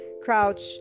crouch